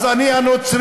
אז אני הנוצרי,